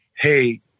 Hey